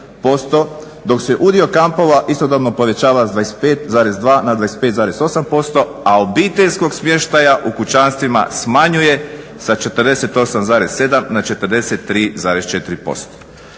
dok se udio kampova istodobno povećava sa 25,2 na 25,8%, a obiteljskog smještaj u kućanstvima smanjuje sa 48,7 na 43,4%.